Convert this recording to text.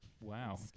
Wow